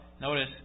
notice